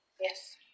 Yes